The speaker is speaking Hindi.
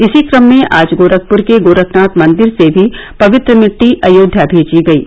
इसी क्रम में आज गोरखपुर के गोरखनाथ मंदिर से भी पवित्र मिट्टी अयोध्या भेजी गयी